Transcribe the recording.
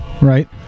Right